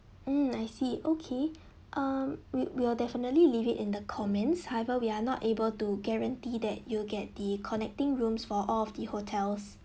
mm I see okay um we we will definitely leave it in the comments however we are not able to guarantee that you'll get the connecting rooms for all of the hotels